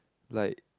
like